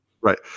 Right